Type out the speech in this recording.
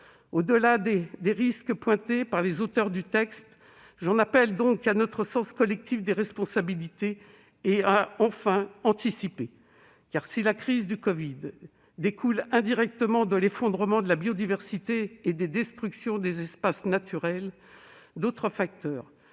Au-delà des risques pointés par les auteurs du texte, j'en appelle à notre sens collectif des responsabilités ; autrement dit, j'en appelle à- enfin ! -anticiper. En effet, si la crise du covid-19 découle indirectement de l'effondrement de la biodiversité et de la destruction des espaces naturels, d'autres facteurs,